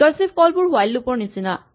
recursive call বোৰ while loop ৰ নিচিনা